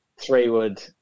three-wood